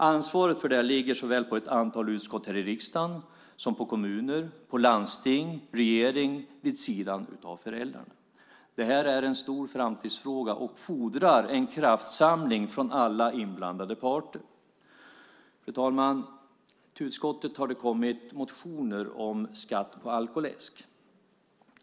Ansvaret för det ligger såväl på ett antal utskott här i riksdagen som på kommuner, landsting och regering vid sidan av föräldrarna. Det är en stor framtidsfråga och fordrar en kraftsamling från alla inblandade parter. Fru talman! Till utskottet har det kommit motioner om skatt på alkoläsk.